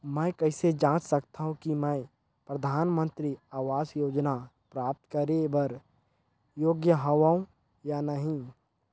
मैं कइसे जांच सकथव कि मैं परधानमंतरी आवास योजना प्राप्त करे बर योग्य हववं या नहीं?